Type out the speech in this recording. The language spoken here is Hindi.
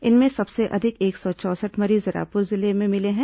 इनमें सबसे अधिक एक सौ चौंसठ मरीज रायपुर जिले में मिले हैं